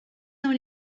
dans